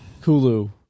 Hulu